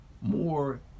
more